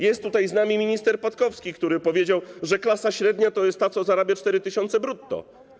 Jest tutaj z nami minister Patkowski, który powiedział, że klasa średnia to jest ta, która zarabia 4 tys. zł brutto.